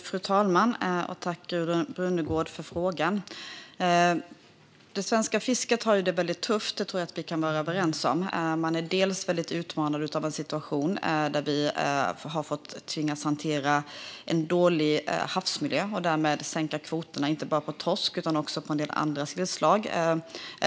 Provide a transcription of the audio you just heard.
Fru talman! Tack, Gudrun Brunegård, för frågan! Det svenska fisket har det väldigt tufft; detta tror jag att vi kan vara överens om. Man är utmanad av en situation där vi tvingats hantera en dålig havsmiljö och därmed sänka kvoterna, inte bara för torsk utan också för en del andra fiskslag.